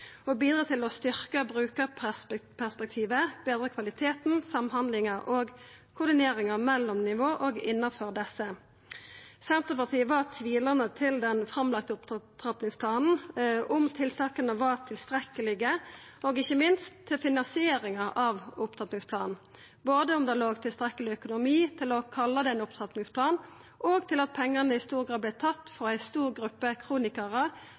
og bidra til å styrkja brukarperspektivet og betre kvaliteten, samhandlinga og koordineringa mellom nivå og innanfor desse. Senterpartiet var tvilande til den framlagde opptrappingsplanen – om tiltaka var tilstrekkelege – og ikkje minst til finansieringa av opptrappingsplanen, både til om det låg inne tilstrekkeleg økonomi til å kalla det ein opptrappingsplan, og til at pengane i stor grad vart tatt frå ei stor gruppe kronikarar,